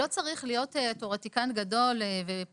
אני אקדים ואומר שלא צריך להיות תיאורטיקן גדול ודוקטור